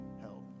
help